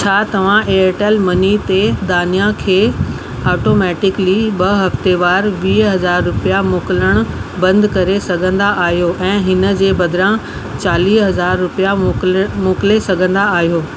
छा तव्हां Airtel money ते दानिआ खे ऑटोमैटिकली ब॒ हफ़्तेवार वीह हज़ार रुपिया मोकिलण बंदि करे सघंदा आहियो ऐं हिन जे बदिरां चालीह रुपिया मोकिल मोकिले सघंदा आहियो